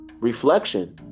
reflection